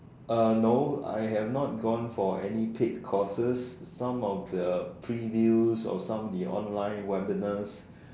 uh no I have not gone for any paid courses some of the previews or some of the online webinars